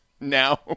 now